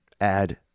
Add